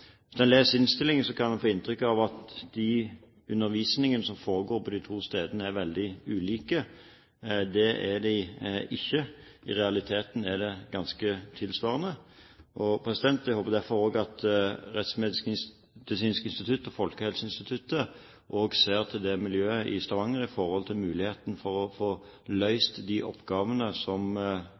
en leser innstillingen, kan en få inntrykk av at den undervisningen som foregår på de to stedene, er veldig ulik, men det er den ikke. I realiteten er den ganske tilsvarende. Jeg håper derfor at Rettsmedisinsk institutt og Nasjonalt folkehelseinstitutt også ser til det miljøet i Stavanger når det gjelder muligheten til å få løst de oppgavene som